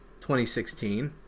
2016